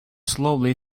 slowly